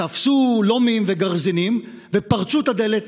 תפסו לומים וגרזינים ופרצו את הדלת